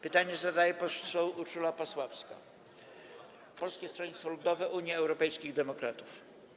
Pytanie zadaje poseł Urszula Pasławska, Polskie Stronnictwo Ludowe - Unia Europejskich Demokratów.